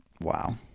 Wow